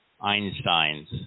Einstein's